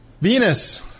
Venus